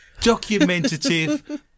Documentative